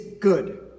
good